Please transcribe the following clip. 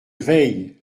veille